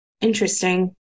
interesting